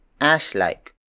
ash-like